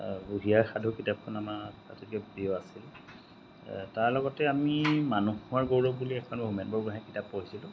বুঢ়ী আইৰ সাধু কিতাপখন আমাৰ আটাইতকৈ প্ৰিয় আছিল তাৰ লগতে আমি মানুহৰ গৌৰৱ বুলি এখন হোমেন বৰগোহাঁঞিৰ কিতাপ পঢ়িছিলোঁ